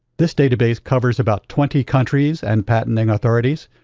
this database covers about twenty countries and patenting authorities.